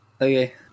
Okay